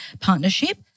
partnership